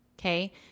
okay